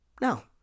No